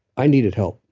i needed help,